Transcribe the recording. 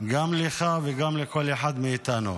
גם לך וגם לכל אחד מאיתנו.